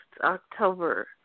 October